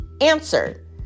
answer